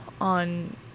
on